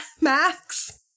Max